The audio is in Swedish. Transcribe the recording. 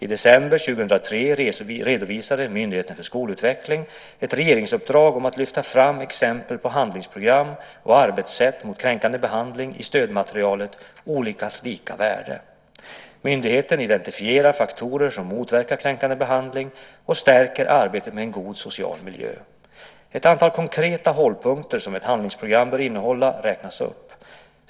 I december 2003 redovisade Myndigheten för skolutveckling ett regeringsuppdrag om att lyfta fram exempel på handlingsprogram och arbetssätt mot kränkande behandling i stödmaterialet Olikas lika värde . Myndigheten identifierar faktorer som motverkar kränkande behandling och stärker arbetet med en god social miljö. Ett antal konkreta hållpunkter som ett handlingsprogram bör innehålla räknas upp.